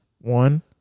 one